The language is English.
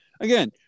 again